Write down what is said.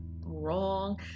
wrong